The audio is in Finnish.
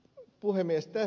puhemies